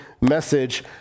message